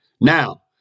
Now